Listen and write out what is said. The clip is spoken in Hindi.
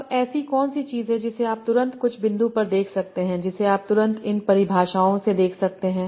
अब ऐसी कौन सी चीज है जिसे आप तुरंत कुछ बिंदु पर देख सकते हैं जिसे आप तुरंत इन परिभाषाओं से देख सकते हैं